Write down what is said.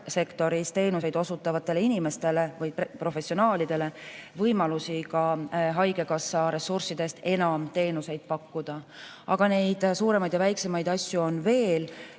teenuseid osutavatele inimestele või professionaalidele võimalusi ka haigekassa ressurssidest enam teenuseid pakkuda. Aga neid suuremaid ja väiksemaid asju on veel.